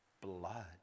blood